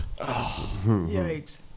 Yikes